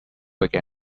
wake